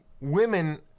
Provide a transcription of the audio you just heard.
women